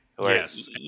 Yes